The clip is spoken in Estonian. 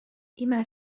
ime